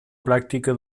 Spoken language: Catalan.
pràctica